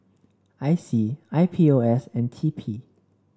I C I P O S and TP